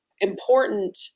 important